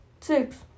six